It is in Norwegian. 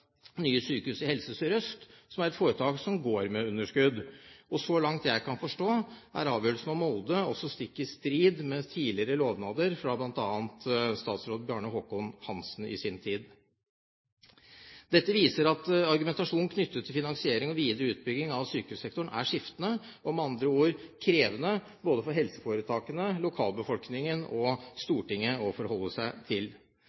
nye sykehus i Helse Sør-Øst, som er et foretak som går med underskudd. Så langt jeg kan forstå, er avgjørelsen om Molde også stikk i strid med tidligere lovnader fra bl.a. statsråd Bjarne Håkon Hanssen i sin tid. Dette viser at argumentasjonen knyttet til finansiering av videre utbygging av sykehussektoren er skiftende og med andre ord krevende både for helseforetakene, lokalbefolkningen og Stortinget å forholde seg til.